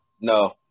No